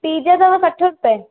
पीज अथव सठि रुपये